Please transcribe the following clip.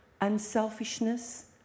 unselfishness